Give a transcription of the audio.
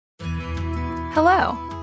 Hello